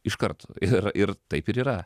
iškart ir ir taip ir yra